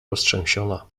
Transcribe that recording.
roztrzęsiona